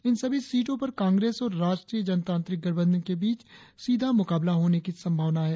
इन सभी सीटों पर कांग्रेस और राष्ट्रीय जनतांत्रिक गठबंधन के बीच सीधा मुकाबला होने की संभावना है